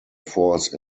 force